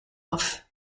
off